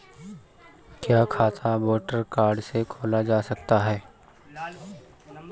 क्या खाता voter card से खोला जा सकता है?